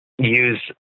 use